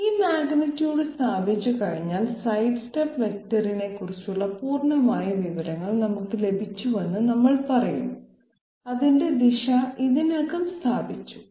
ഈ മാഗ്നിറ്റ്യൂഡ് സ്ഥാപിച്ചുകഴിഞ്ഞാൽ സൈഡ്സ്റ്റെപ്പ് വെക്റ്ററിനെക്കുറിച്ചുള്ള പൂർണ്ണമായ വിവരങ്ങൾ നമ്മൾക്ക് ലഭിച്ചുവെന്ന് നമ്മൾ പറയും അതിന്റെ ദിശ ഇതിനകം സ്ഥാപിച്ചു